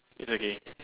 it's okay